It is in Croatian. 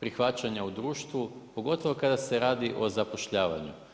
prihvaćanja u društvu, pogotovo kada se radi o zapošljavanju.